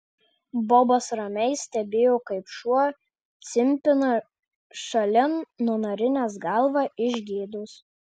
bobas ramiai stebėjo kaip šuo cimpina šalin nunarinęs galvą iš gėdos